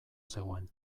zegoen